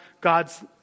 God's